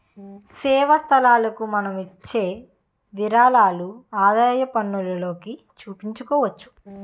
సేవా సంస్థలకు మనం ఇచ్చే విరాళాలు ఆదాయపన్నులోకి చూపించుకోవచ్చు